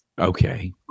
Okay